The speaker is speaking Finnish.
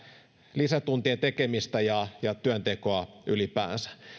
lisätuntien tekemistä ja ja työntekoa ylipäänsä